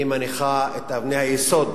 היא מניחה את אבני היסוד